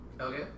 Okay